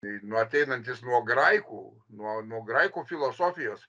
tai nu ateinantis nuo graikų nuo nuo graikų filosofijos